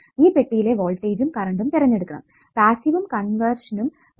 ഈ പെട്ടിയിലെ വോൾട്ടെജ്ജും കറണ്ടും തിരഞ്ഞെടുക്കണം പാസ്സിവും കൺവെർഷനും വഴി